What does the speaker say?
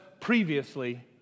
previously